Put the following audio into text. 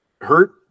Hurt